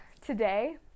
today